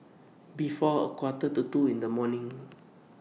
before A Quarter to two in The morning